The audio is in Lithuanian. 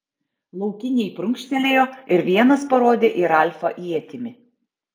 laukiniai prunkštelėjo ir vienas parodė į ralfą ietimi